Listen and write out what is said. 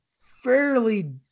fairly